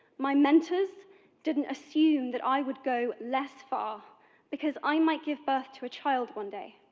my mentors didn't assume that i would go less far because i might give birth to a child one day.